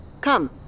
Come